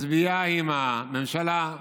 מצביעה עם הממשלה.